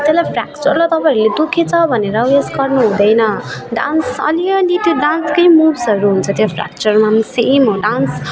त्यसलाई फ्रेक्चरलाई तपाईँहरूले दुःखेको छ भनेर उयस गर्नु हुँदैन डान्स अलि अलि त्यो डान्सकै मुभ्सहरू हुन्छ त्यो फ्रेक्चरमा सेम हो डान्स